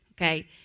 okay